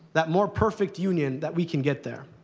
that more perfect union, that we can get there.